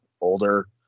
Older